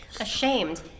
Ashamed